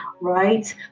right